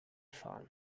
fahren